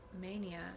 mania